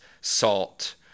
salt